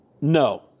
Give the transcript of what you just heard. no